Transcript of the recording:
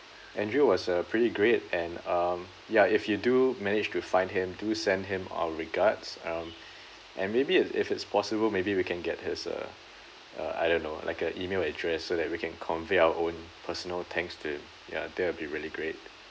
andrew was uh pretty great and um ya if you do manage to find him do send him our regards um and maybe if if it's possible maybe we can get his uh uh I don't know like a email address so that we can convey our own personal thanks to ya that will be really great